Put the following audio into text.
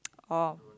orh